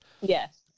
Yes